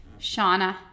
Shauna